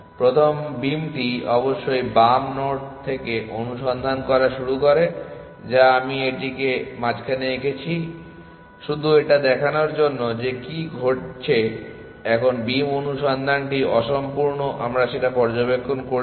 এখন বীমটি অবশ্যই বাম নোড থেকে অনুসন্ধান করা শুরু করে যা আমি এটিকে মাঝখানে এঁকেছি শুধু এটা দেখানোর জন্য যে কী ঘটছে এখন বিম অনুসন্ধানটি অসম্পূর্ণ আমরা সেটা পর্যবেক্ষণ করেছি